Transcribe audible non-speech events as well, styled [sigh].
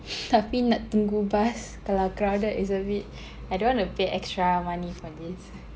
[laughs] tapi nak tunggu bus tengah crowded is a bit I don't want to pay extra money for this